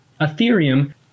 Ethereum